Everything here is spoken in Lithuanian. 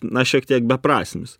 na šiek tiek beprasmis